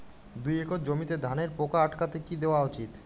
দুই একর জমিতে ধানের পোকা আটকাতে কি দেওয়া উচিৎ?